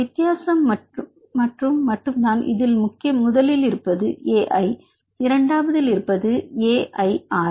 வித்தியாசம் மற்றும் மட்டும் தான் இதில் முதலில் இருப்பது AI இரண்டாவதில் இருப்பது AIR